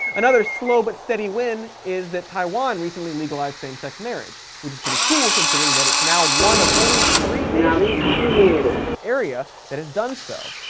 another slow but steady win is that taiwan recently legalized same-sex marriage, which is pretty cool considering that it's now one of only three nations in the asia-pacific area that has done so.